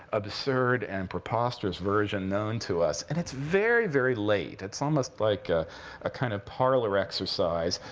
absurd, and preposterous version known to us. and it's very, very late. it's almost like a kind of parlor exercise.